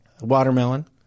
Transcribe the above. watermelon